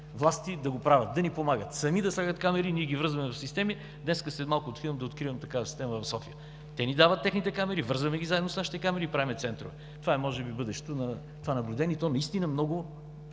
власти да го правят, да ни помагат – сами да слагат камери, ние ги връзваме в системи. Днес, след малко, отивам да откривам такава система в София. Те ни дават техните камери, връзваме ги заедно с нашите камери и правим центрове. Това може би е бъдещето на това наблюдение и то наистина много